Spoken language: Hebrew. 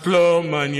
את לא מעניינת,